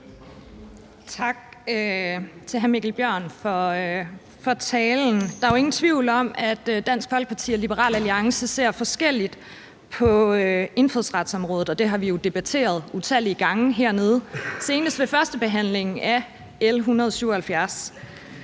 Tak til hr. Mikkel Bjørn for talen. Der er jo ingen tvivl om, af Dansk Folkeparti og Liberal Alliance ser forskelligt på indfødsretsområdet, og det har vi jo debatteret utallige gange hernede, senest ved førstebehandlingen af L 177.